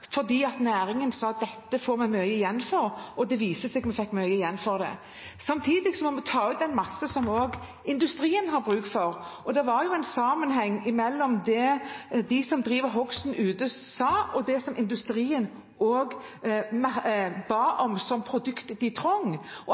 næringen sa at dette får vi mye igjen for, og det viste seg at vi fikk mye igjen for dem. Samtidig må vi også ta ut den massen som industrien har bruk for. Det var en sammenheng mellom det som de som driver hogsten ute, sa, og det som industrien også ba om, om produkter de trengte, og